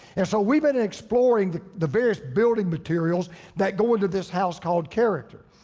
and so we've been exploring the the various building materials that go into this house called character.